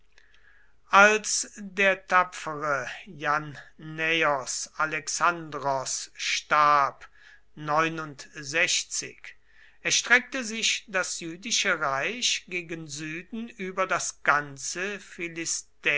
als der tapfere jannaeos alexandros starb erstreckte sich das jüdische reich gegen süden über das ganze